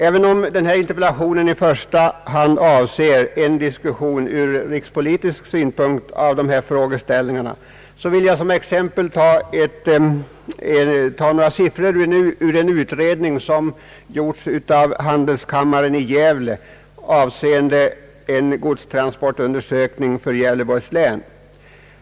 Även om denna interpellation i första hand avser en diskussion av dessa frågeställningar ur rikspolitisk synpunkt, vill jag som exempel nämna några siffror ur en utredning som gjorts av handelskammaren i Gävle, avseende en godstransportundersökning för Gävleborgs län.